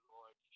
Lord